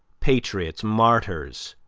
patriots, martyrs,